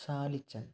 Salichan